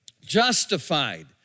Justified